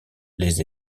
les